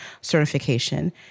certification